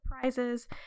prizes